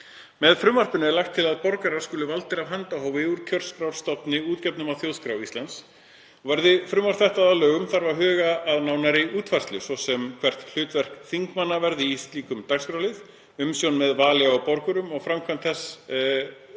Með frumvarpinu er lagt til að borgarar skuli valdir af handahófi úr kjörskrárstofni útgefnum af Þjóðskrá Íslands. Verði frumvarp þetta að lögum þarf að huga að nánari útfærslu, svo sem hvert hlutverk þingmanna verði í slíkum dagskrárlið, umsjón með vali á borgurum og framkvæmd þess